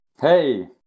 Hey